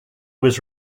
was